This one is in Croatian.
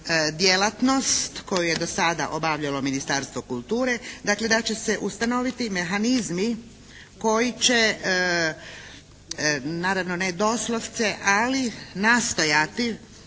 djelatnost koju je do sada obavljalo Ministarstvo kulture dakle da će se ustanoviti mehanizmi koji će, naravno ne doslovce, ali nastojati